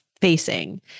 facing